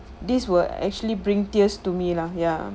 this will actually bring tears to me lah ya